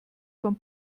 von